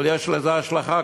אבל יש לזה השלכה,